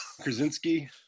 Krasinski